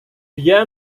dia